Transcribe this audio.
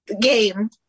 game